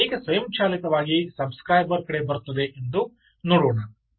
ಈಗ ಆ ಸಂದೇಶ ಹೇಗೆ ಸ್ವಯಂಚಾಲಿತವಾಗಿ ಸಬ್ ಸ್ಕ್ರೈಬರ್ ಕಡೆ ಬರುತ್ತದೆ ಎಂದು ನೋಡೋಣ